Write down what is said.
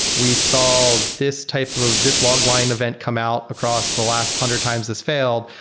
we solve this type of this log line event come out across the last hundred times this failed,